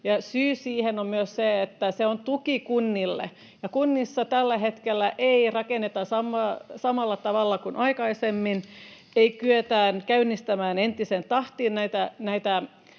syy siihen on se, että se on tuki kunnille. Kunnissa tällä hetkellä ei rakenneta samalla tavalla kuin aikaisemmin, ei kyetä käynnistämään entiseen tahtiin näitä